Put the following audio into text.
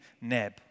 Neb